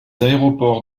aéroports